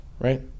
right